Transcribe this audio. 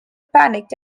panicked